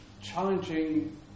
challenging